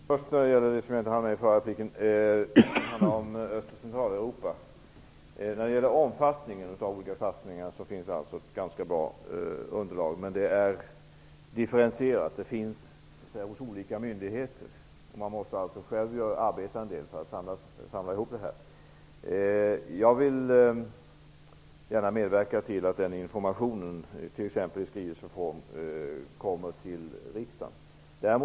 Herr talman! Först gäller det Öst och Centraleuropa. Jag hann inte med det i förra inlägget. När det gäller omfattningen av olika satsningar finns det ett ganska bra underlag, men det är differentierat. Det finns alltså hos olika myndigheter. Man måste själv arbeta en del för att kunna samla ihop de olika delarna. Jag vill gärna medverka till att sådan information, t.ex. i skrivelseform, kommer till riksdagen.